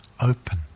open